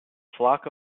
flock